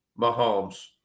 mahomes